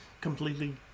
completely